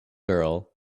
girl